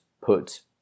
put